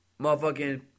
Motherfucking